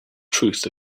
truth